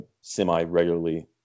semi-regularly